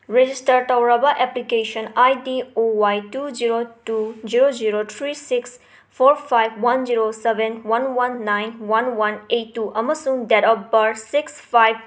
register ꯇꯧꯔꯕ application I D O Y two zero two zero zero three six four five one zero seven one one nine one one eight two ꯑꯃꯁꯨꯡ date of birth six five